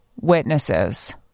witnesses